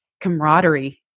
camaraderie